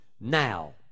now